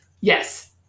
yes